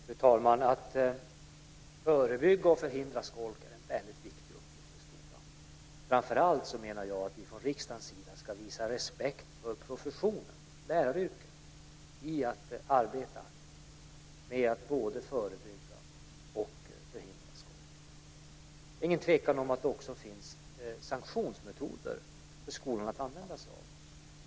Fru talman! Att förebygga och förhindra skolk är en väldigt viktig uppgift för skolan. Framför allt menar jag att vi från riksdagens sida ska visa respekt för professionen, läraryrket, när det gäller arbetet med att både förebygga och förhindra skolk. Det är ingen tvekan om att det också finns sanktionsmetoder för skolorna att använda sig av.